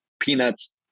peanuts